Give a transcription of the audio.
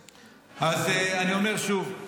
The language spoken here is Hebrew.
דיברתי על 56'. אז אני אומר שוב,